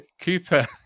Cooper